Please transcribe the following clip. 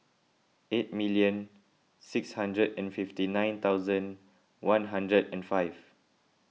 eight million six hundred and fifty nine thousand one hundred and five